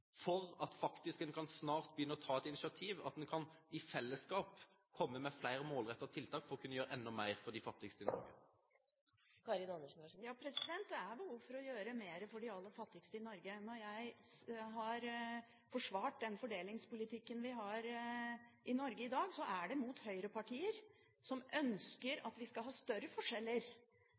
at man snart kan begynne å ta et initiativ, at man i fellesskap kan komme med flere målrettede tiltak for å kunne gjøre enda mer for de fattigste i Norge? Ja, det er behov for å gjøre mer for de aller fattigste i Norge. Når jeg forsvarer den fordelingspolitikken vi har i Norge i dag, er det mot høyrepartier som ønsker at vi skal ha større forskjeller,